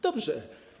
Dobrze.